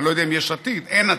אני לא יודע אם יש עתיד, אין עתיד.